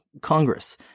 Congress